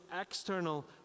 external